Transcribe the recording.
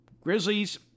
Grizzlies